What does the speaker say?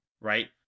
Right